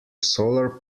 solar